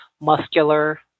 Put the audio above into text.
muscular